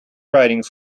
writing